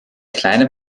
kleine